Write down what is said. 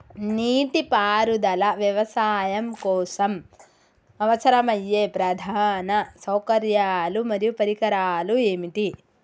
నీటిపారుదల వ్యవసాయం కోసం అవసరమయ్యే ప్రధాన సౌకర్యాలు మరియు పరికరాలు ఏమిటి?